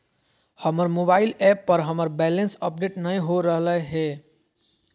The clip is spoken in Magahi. हमर मोबाइल ऐप पर हमर बैलेंस अपडेट नय हो रहलय हें